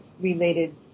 related